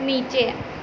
નીચે